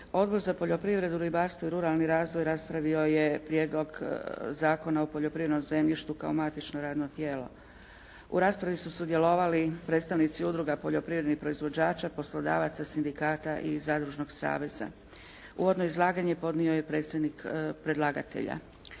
Odbor za poljoprivredu, ribarstvo i ruralni razvoj raspravio je Prijedlog zakona o poljoprivrednom zemljištu kao matično radno tijelo. U raspravi su sudjelovali predstavnici udruga poljoprivrednih proizvođača, poslodavaca, sindikata i zadružnog saveza. Uvodno izlaganje podnio je predstavnik predlagatelja.